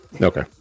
Okay